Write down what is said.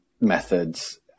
methods